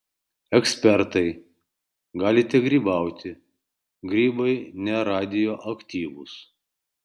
ekspertai galite grybauti grybai neradioaktyvūs